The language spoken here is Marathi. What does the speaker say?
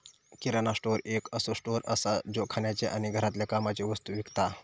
किराणा स्टोअर एक असो स्टोअर असा जो खाण्याचे आणि घरातल्या कामाचे वस्तु विकता